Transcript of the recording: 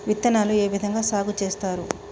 విత్తనాలు ఏ విధంగా సాగు చేస్తారు?